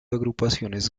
agrupaciones